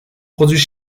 produits